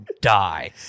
die